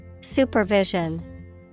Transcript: Supervision